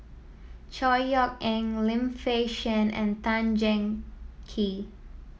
Chor Yeok Eng Lim Fei Shen and Tan Kee